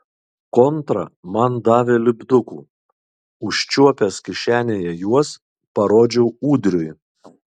kontra man davė lipdukų užčiuopęs kišenėje juos parodžiau ūdriui